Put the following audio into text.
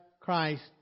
Christ